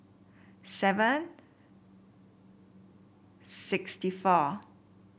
seven sixty four